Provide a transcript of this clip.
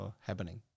happening